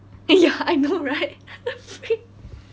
eh ya I know right freak